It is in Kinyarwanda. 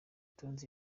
tonzi